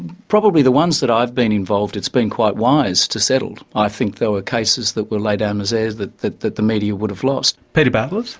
probably the ones that i've been involved it's been quite wise to settle it. i think there were cases that were lay down miseres that that that the media would've lost. peter bartlett?